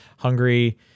hungary